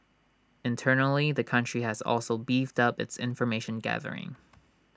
internally the country has also beefed up its information gathering